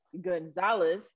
Gonzalez